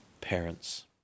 parents